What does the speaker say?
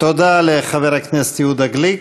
תודה לחבר הכנסת יהודה גליק.